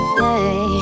hey